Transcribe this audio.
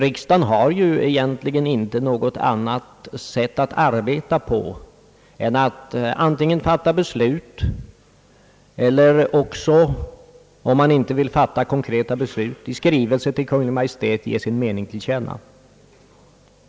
Riksdagen har ju inte något annat sätt att arbeta än att antingen fatta beslut eller också, om man inte vill fatta konkreta beslut, i skrivelse till Kungl, Maj:t ge sin mening till känna.